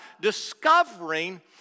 discovering